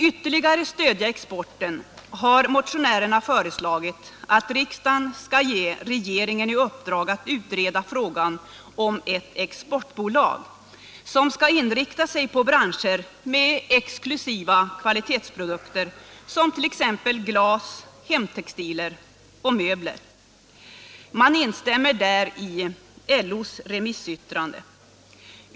Motionärerna har föreslagit att riksdagen skall ge regeringen i uppdrag att utreda frågan om inrättandet av ett exportbolag som för att ytterligare stödja exporten skall inrikta sig på branscher med exklusiva kvalitetsprodukter som t.ex. glas, hemtextilier och möbler. Man instämmer där i LO:s remissyttrande.